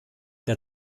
der